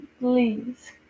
please